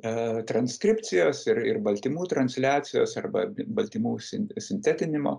e transkripcijos ir ir baltymų transliacijos arba baltymų sin sintetinimo